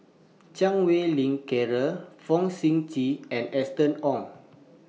Chan Wei Ling Cheryl Fong Sip Chee and Austen Ong